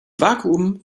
vakuum